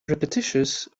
repetitious